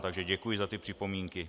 Takže děkuji za připomínky.